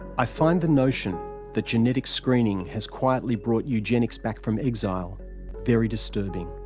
i find the notion that genetic screening has quietly brought eugenics back from exile very disturbing.